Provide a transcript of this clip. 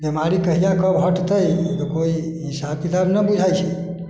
बीमारी कहिआ कब हटतै कोइ हिसाब किताब नहि बुझाइत छै